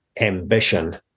ambition